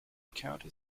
county